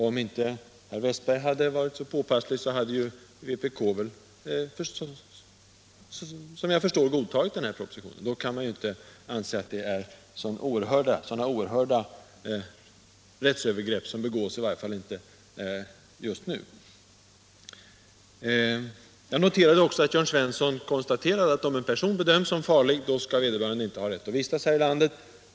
Om inte herr Wästberg i Stockholm hade motionerat hade vpk, såvitt jag förstår, godtagit den här propositionen. Då kan man väl inte anse att så oerhörda rättsövergrepp begås just nu. Jörn Svensson deklarerade också att om en person bedöms som farlig, så skall vederbörande inte ha rätt att vistas här i landet.